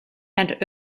and